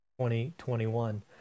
2021